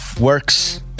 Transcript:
works